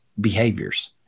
behaviors